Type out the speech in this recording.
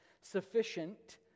Sufficient